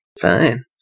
Fine